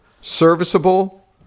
serviceable